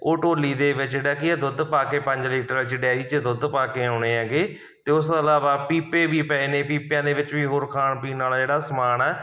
ਉਹ ਢੋਲੀ ਦੇ ਵਿੱਚ ਜਿਹੜਾ ਕੀ ਹੈ ਦੁੱਧ ਪਾ ਕੇ ਪੰਜ ਲੀਟਰ ਅਸੀਂ ਡੈਰੀ 'ਚ ਦੁੱਧ ਪਾ ਕੇ ਆਉਂਦੇ ਹੈਗੇ ਅਤੇ ਉਸ ਤੋਂ ਇਲਾਵਾ ਪੀਪੇ ਵੀ ਪਏ ਨੇ ਪੀਪਿਆਂ ਦੇ ਵਿੱਚ ਵੀ ਹੋਰ ਖਾਣ ਪੀਣ ਵਾਲਾ ਜਿਹੜਾ ਸਮਾਨ ਹੈ